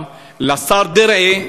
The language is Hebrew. לשר דרעי,